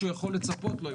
שהוא יכול לצפות לו.